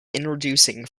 introducing